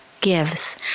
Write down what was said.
gives